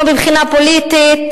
לא מבחינה פוליטית,